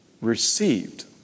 received